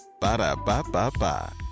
Ba-da-ba-ba-ba